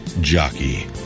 Jockey